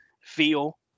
feel